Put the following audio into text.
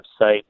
website